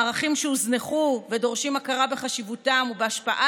מערכים שהוזנחו ודורשים הכרה בחשיבותם ובהשפעה